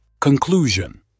Conclusion